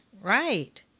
right